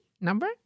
number